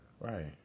Right